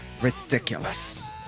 ridiculous